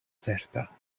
certa